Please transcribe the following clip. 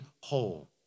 whole